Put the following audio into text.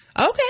Okay